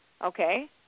Okay